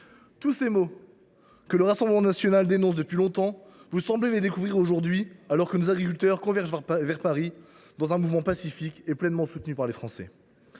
Tous ces maux, que le Rassemblement national dénonce depuis longtemps, vous semblez les découvrir aujourd’hui, alors que nos agriculteurs convergent vers Paris dans un mouvement pacifique et pleinement soutenu par les Français.